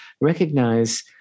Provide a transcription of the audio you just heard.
recognize